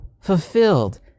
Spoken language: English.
fulfilled